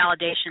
validation